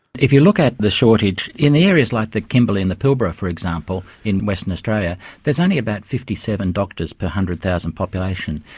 if you look at the shortage in areas like the kimberley and the pilbara, for example, in western australia, there's only about fifty seven doctors per one hundred thousand population.